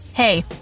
Hey